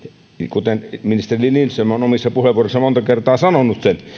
kuten ministeri lindström on omissa puheenvuoroissaan monta kertaa sanonut